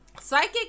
Psychic